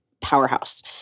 powerhouse